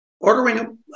ordering